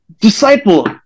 Disciple